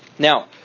Now